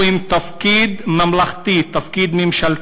הוא בעל תפקיד ממלכתי,